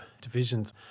divisions